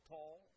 Paul